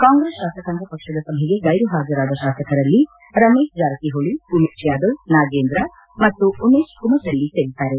ಕಾಂಗ್ರೆಸ್ ಶಾಸಕಾಂಗ ಪಕ್ಷದ ಸಭೆಗೆ ಗೈರುಹಾಜರಾದ ಶಾಸಕರಲ್ಲಿ ರಮೇಶ್ ಜಾರಕಿಹೊಳಿ ಉಮೇಶ್ ಯಾದವ್ ನಾಗೇಂದ್ರ ಮತ್ತು ಉಮೇಶ್ ಕುಮಟಳ್ಳಿ ಸೇರಿದ್ದಾರೆ